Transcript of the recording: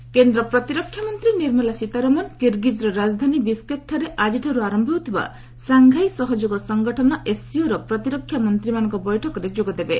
ସୀତାରମଣ କେନ୍ଦ୍ର ପ୍ରତିରକ୍ଷା ମନ୍ତ୍ରୀ ନିର୍ମଳା ସୀତାରମଣ ଆଜି କିର୍ଗିଜ୍ର ରାଜଧାନୀ ବିଶ୍କେକ୍ଠାରେ ଆକ୍ଷିଠାରୁ ଆରମ୍ଭ ହେଉଥିବା ସାଂଘାଇ ସହଯୋଗ ସଂଗଠନ ଏସ୍ସିଓର ପ୍ରତିରକ୍ଷା ମନ୍ତ୍ରୀମାନଙ୍କ ବୈଠକରେ ଯୋଗଦେବେ